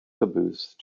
caboose